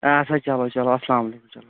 اچھا چلو چلو سلام علیکُم